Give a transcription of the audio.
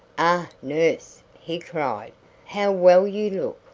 ah! nurse, he cried how well you look!